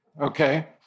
Okay